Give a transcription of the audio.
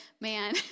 man